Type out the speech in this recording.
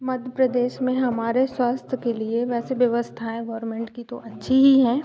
मध्य प्रदेश में हमारे स्वास्थ्य के लिए वैसे व्यवस्थाएँ गोवर्मेंट की तो अच्छी ही हैं